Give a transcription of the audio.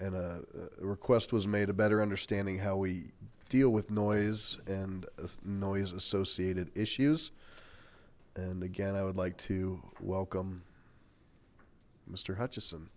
and a request was made a better understanding how we deal with noise and noise associated issues and again i would like to welcome m